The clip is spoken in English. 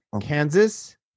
Kansas